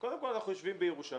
קודם כול, אנחנו יושבים בירושלים.